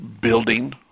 building